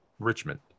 Richmond